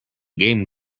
game